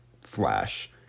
flash